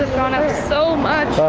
gone up so much.